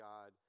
God